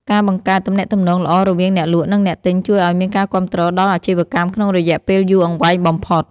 ការបង្កើតទំនាក់ទំនងល្អរវាងអ្នកលក់ និងអ្នកទិញជួយឱ្យមានការគាំទ្រដល់អាជីវកម្មក្នុងរយៈពេលយូរអង្វែងបំផុត។